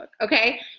okay